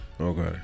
Okay